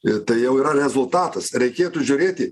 i tai jau yra rezultatas reikėtų žiūrėti